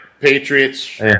Patriots